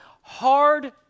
hard